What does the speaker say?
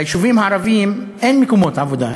ביישובים הערביים אין מקומות עבודה,